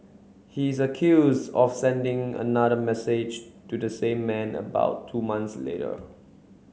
he is accuse of sending another message to the same man about two months later